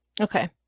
Okay